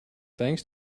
thanks